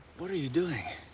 what are you doing?